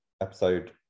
episode